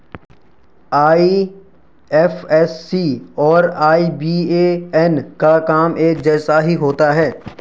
IFSC और IBAN का काम एक जैसा ही होता है